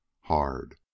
hard